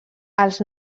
els